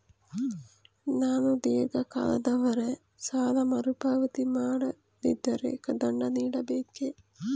ನಾನು ಧೀರ್ಘ ಕಾಲದವರೆ ಸಾಲ ಮರುಪಾವತಿ ಮಾಡದಿದ್ದರೆ ದಂಡ ನೀಡಬೇಕೇ?